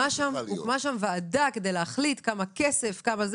הוקמה ועדה כדי להחליט כמה כסף וכו',